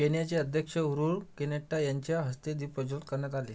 केनियाचे अध्यक्ष Uhuru Kenyatta यांच्या हस्ते दीपप्रज्वलन करण्यात आले